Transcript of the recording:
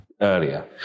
earlier